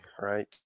right